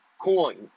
coin